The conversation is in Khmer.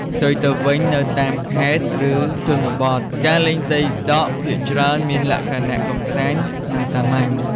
ផ្ទុយទៅវិញ នៅតាមខេត្ត ឬជនបទ ការលេងសីដក់ភាគច្រើនមាន លក្ខណៈកម្សាន្ត និងសាមញ្ញ។